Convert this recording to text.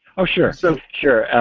oh sure. so sure.